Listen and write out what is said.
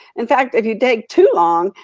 in fact, if you take too long,